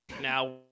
now